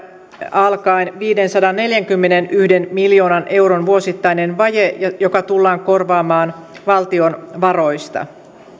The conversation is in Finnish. alkaen viidensadanneljänkymmenenyhden miljoonan euron vuosittainen vaje joka tullaan korvaamaan valtion varoista